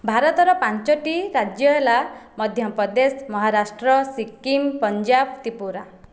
ଭାରତର ପାଞ୍ଚଟି ରାଜ୍ୟ ହେଲା ମଧ୍ୟପ୍ରଦେଶ ମହାରାଷ୍ଟ୍ର ସିକ୍କିମ ପଞ୍ଜାବ ତ୍ରିପୁରା